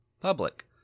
public